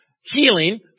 healing